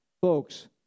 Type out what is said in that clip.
Folks